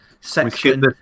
section